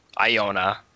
Iona